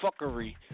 fuckery